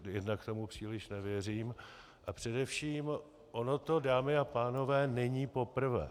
Jednak tomu příliš nevěřím a především, ono to, dámy a pánové, není poprvé.